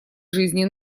жизни